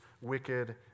wicked